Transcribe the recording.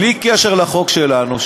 בלי קשר לחוק שלנו,